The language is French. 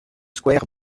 square